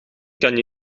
kan